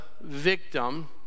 victim